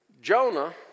Jonah